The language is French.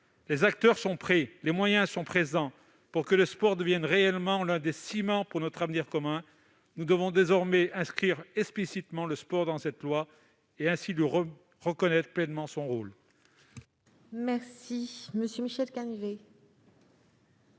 Les acteurs sont prêts, les moyens sont présents : pour que le sport devienne réellement l'un des ciments de notre avenir commun, nous devons désormais inscrire explicitement le sport dans ce projet de loi et reconnaître ainsi pleinement le rôle qu'il joue. La parole